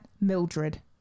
mildred